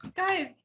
guys